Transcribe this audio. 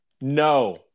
no